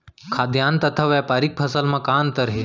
खाद्यान्न तथा व्यापारिक फसल मा का अंतर हे?